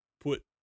put